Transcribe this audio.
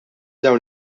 dawn